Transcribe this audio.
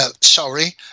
sorry